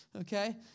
Okay